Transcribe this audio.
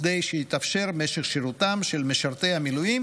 כדי שיתאפשר המשך שירותם של משרתי המילואים